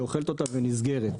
שאוכלת אותה ונסגרת.